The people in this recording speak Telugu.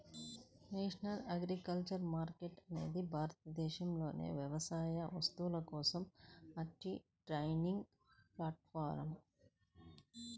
నేషనల్ అగ్రికల్చర్ మార్కెట్ అనేది భారతదేశంలోని వ్యవసాయ వస్తువుల కోసం ఆన్లైన్ ట్రేడింగ్ ప్లాట్ఫారమ్